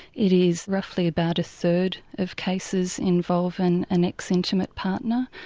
it is roughly about a third of cases involving an ex-intimate partner.